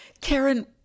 Karen